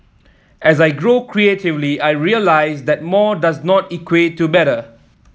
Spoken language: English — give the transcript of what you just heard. as I grow creatively I realise that more does not equate to better